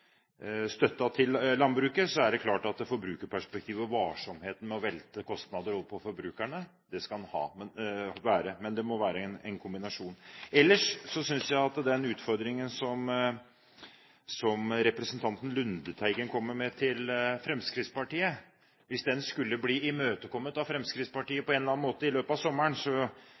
støtten til landbruket er det klart at forbrukerperspektivet og varsomheten med å velte kostnaden over på forbrukerne skal en ha med seg. Men det må være en kombinasjon. Ellers vil jeg si at hvis utfordringen som representanten Lundteigen kom med til Fremskrittspartiet, skulle bli imøtekommet av Fremskrittspartiet på en eller annen måte i løpet av sommeren,